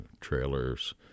trailers